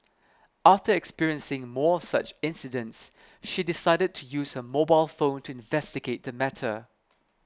after experiencing more of such incidents she decided to use her mobile phone to investigate the matter